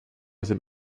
sind